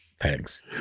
Thanks